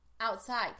outside